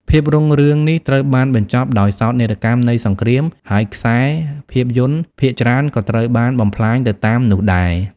ភាពរុងរឿងនេះត្រូវបានបញ្ចប់ដោយសោកនាដកម្មនៃសង្គ្រាម ហើយខ្សែភាពយន្តភាគច្រើនក៏ត្រូវបានបំផ្លាញទៅតាមនោះដែរ។